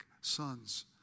sons